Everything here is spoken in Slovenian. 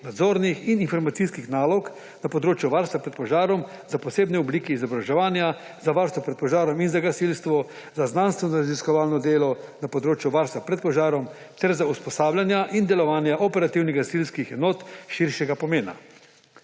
nadzornih in informacijskih nalog na področju varstva pred požarom, za posebne oblike izobraževanja, za varstvo pred požarom in za gasilstvo, za znanstvenoraziskovalno delo na področju varstva pred požarom ter za usposabljanja in delovanja operativnih gasilskih enot širšega pomena.